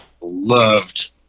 loved